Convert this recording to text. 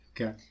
Okay